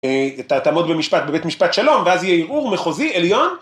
אתה תעמוד במשפט בבית משפט שלום ואז יהיה ערעור מחוזי עליון